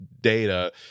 data